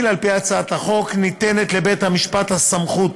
ניתנת לבית-המשפט הסמכות